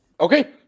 Okay